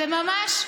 וממש,